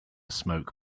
smoke